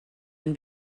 and